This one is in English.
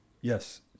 Yes